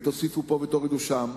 ותוסיפו פה ותורידו שם.